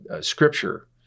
scripture